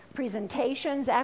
presentations